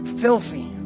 filthy